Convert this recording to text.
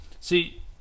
See